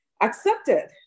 accepted